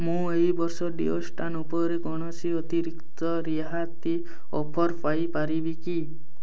ମୁଁ ଏହି ବର୍ଷ ଡିଓଷ୍ଟାନ୍ ଉପରେ କୌଣସି ଅତିରିକ୍ତ ରିହାତି ଅଫର୍ ପାଇପାରିବି କି